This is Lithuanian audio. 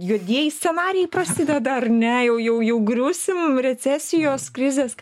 juodieji scenarijai prasideda ar ne jau jau griūsim recesijos krizės